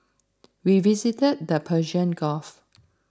we visited the Persian Gulf